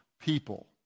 people